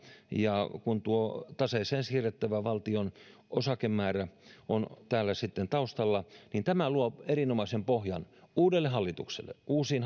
ja kun tuo taseeseen siirrettävä valtion osakemäärä on täällä taustalla niin tämä luo erinomaisen pohjan uudelle hallitukselle uusiin